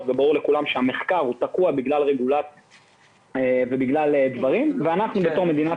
וברור לכולם שהמחקר תקוע בגלל רגולציה ואנחנו כמדינת